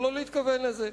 אבל לא להתכוון לזה,